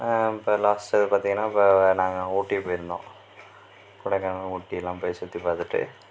இப்போ லாஸ்ட்டு பார்த்திங்கன்னா இப்போ நாங்கள் ஊட்டி போய்ருந்தோம் கொடைக்கானல் ஊட்டிலாம் போய் சுற்றிப் பார்த்துட்டு